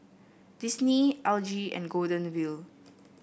Disney L G and Golden Wheel